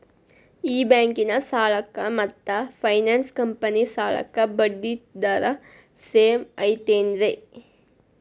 ಈ ಬ್ಯಾಂಕಿನ ಸಾಲಕ್ಕ ಮತ್ತ ಫೈನಾನ್ಸ್ ಕಂಪನಿ ಸಾಲಕ್ಕ ಬಡ್ಡಿ ದರ ಸೇಮ್ ಐತೇನ್ರೇ?